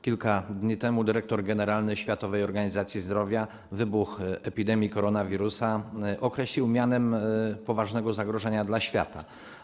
Kilka dni temu dyrektor generalny Światowej Organizacji Zdrowia wybuch epidemii koronawirusa określił mianem poważnego zagrożenia dla świata.